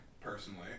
personally